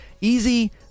easy